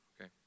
okay